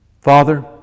Father